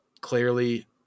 clearly